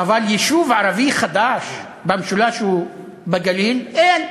אבל יישוב ערבי חדש במשולש או בגליל, אין.